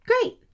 Great